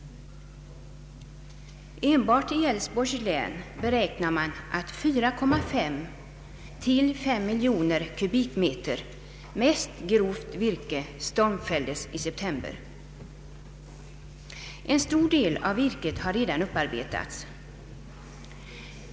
Enbart i Älvsborgs län beräknar man att 4,5 å 5 miljoner kubikmeter mest grovt virke stormfälldes i september. En stor del av virket har redan upparbetats.